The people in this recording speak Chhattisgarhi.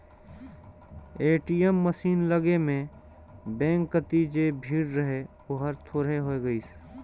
ए.टी.एम मसीन लगे में बेंक कति जे भीड़ रहें ओहर थोरहें होय गईसे